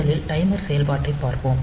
முதலில் டைமர் செயல்பாட்டைப் பார்ப்போம்